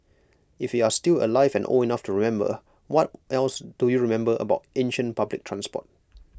if you're still alive and old enough to remember what else do you remember about ancient public transport